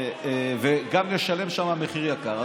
וגם נשלם שם מחיר יקר,